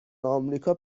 آمریکا